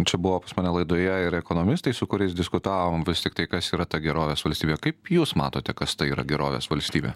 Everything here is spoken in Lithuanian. čia buvo pas mane laidoje ir ekonomistai su kuriais diskutavom vis tiktai kas yra ta gerovės valstybė kaip jūs matote kas tai yra gerovės valstybė